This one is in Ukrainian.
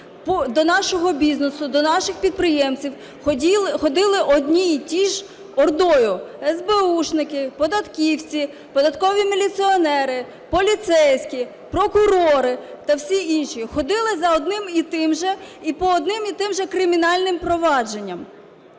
до нашого бізнесу, до наших підприємців ходили одні і ті ж ордою (есбеушники, податківці, податкові міліціонери, поліцейські, прокурори та всі інші), ходили за одним і тим же, і по одним і тим же кримінальним провадженням,